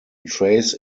trace